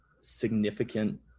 significant